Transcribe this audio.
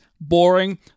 boring